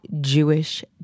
Jewish